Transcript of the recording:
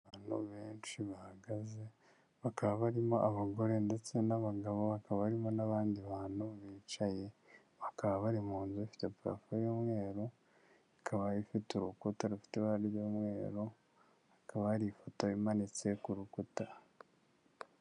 Abantu benshi bahagaze bakaba barimo abagore ndetse n'abagabo, bakaba barimo n'abandi bantu bicaye, bakaba bari mu nzu ifite purafo y'umweru ikaba ifite urukuta rufite ibara ry'umweru, hakaba hari ifoto imanitse ku rukuta.